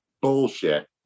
Bullshit